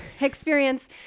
experience